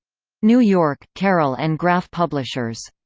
new york carroll and graf publishers.